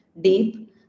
deep